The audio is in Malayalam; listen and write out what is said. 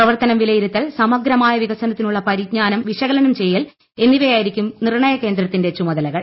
പ്രവർത്തനം വിലയിരുത്തൽ സമഗ്രമായ വികസനത്തിനുള്ള പരിജ്ഞാനം വിശകലനം ചെയ്യൽ എന്നിവയായിരിക്കും നിർണയ കേന്ദ്രത്തിന്റെ ചുമതലകൾ